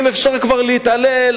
אם אפשר כבר להתעלל,